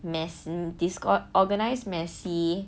mess discord organised messy